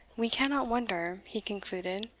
we cannot wonder, he concluded,